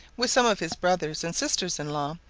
with some of his brothers and sisters-in-law,